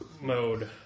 mode